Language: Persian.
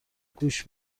گوش